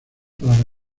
para